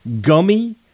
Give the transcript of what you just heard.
gummy